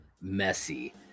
messy